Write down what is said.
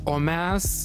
o mes